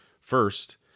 First